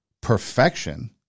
perfection